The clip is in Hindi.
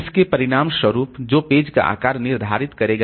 इसलिए परिणामस्वरूप जो पेज का आकार निर्धारित करेगा